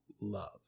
love